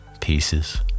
pieces